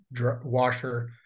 washer